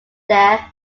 there